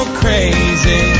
crazy